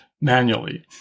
manually